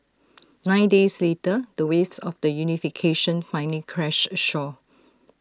nine days later the waves of the unification finally crashed ashore